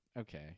okay